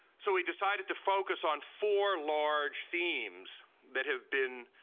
so we decided to focus on four large themes that have been